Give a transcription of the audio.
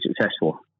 successful